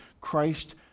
Christ